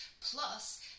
Plus